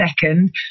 second